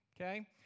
Okay